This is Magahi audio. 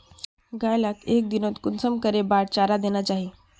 गाय लाक एक दिनोत कुंसम करे बार चारा देना चही?